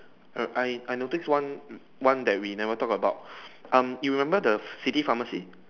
err I I noticed one one that we never talk about um you remember the city pharmacy